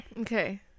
Okay